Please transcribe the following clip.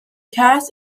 cast